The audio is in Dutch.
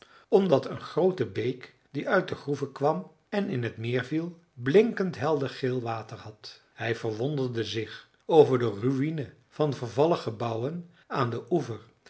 omdat een groote beek die uit de groeve kwam en in t meer viel blinkend heldergeel water had hij verwonderde zich over de ruïne van vervallen gebouwen aan den oever